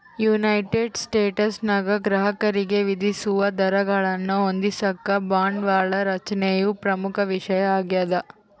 United ಸ್ಟೇಟ್ಸ್ನಾಗ ಗ್ರಾಹಕರಿಗೆ ವಿಧಿಸುವ ದರಗಳನ್ನು ಹೊಂದಿಸಾಕ ಬಂಡವಾಳ ರಚನೆಯು ಪ್ರಮುಖ ವಿಷಯ ಆಗ್ಯದ